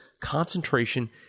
concentration